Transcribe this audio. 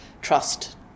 trust